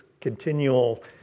continual